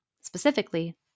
Specifically